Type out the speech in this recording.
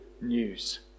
news